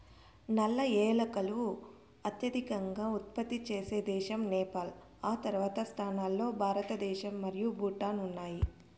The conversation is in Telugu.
నల్ల ఏలకులు అత్యధికంగా ఉత్పత్తి చేసే దేశం నేపాల్, ఆ తర్వాతి స్థానాల్లో భారతదేశం మరియు భూటాన్ ఉన్నాయి